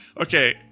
Okay